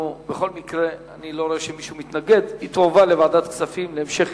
בכל מקרה, היא תועבר לוועדת הכספים להמשך